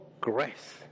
grace